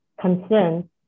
concern